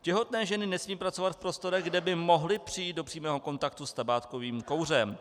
Těhotné ženy nesmí pracovat v prostorech, kde by mohly přijít do přímého kontaktu s tabákovým kouřem.